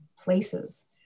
places